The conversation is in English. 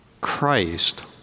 Christ